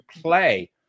play